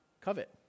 covet